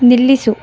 ನಿಲ್ಲಿಸು